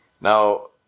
now